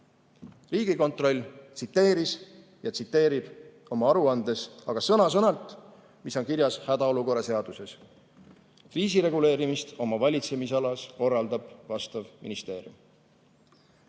Riigikontroll tsiteeris ja tsiteerib oma aruandes aga sõna-sõnalt, mis on kirjas hädaolukorra seaduses: kriisireguleerimist oma valitsemisalas korraldab vastav ministeerium. Lugupeetud